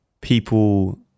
people